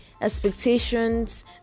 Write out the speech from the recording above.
expectations